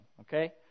okay